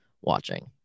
watching